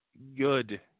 Good